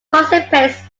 participants